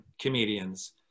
comedians